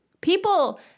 People